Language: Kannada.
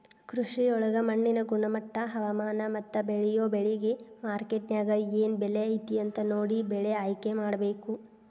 ಕೃಷಿಯೊಳಗ ಮಣ್ಣಿನ ಗುಣಮಟ್ಟ, ಹವಾಮಾನ, ಮತ್ತ ಬೇಳಿಯೊ ಬೆಳಿಗೆ ಮಾರ್ಕೆಟ್ನ್ಯಾಗ ಏನ್ ಬೆಲೆ ಐತಿ ಅಂತ ನೋಡಿ ಬೆಳೆ ಆಯ್ಕೆಮಾಡಬೇಕು